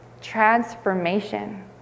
Transformation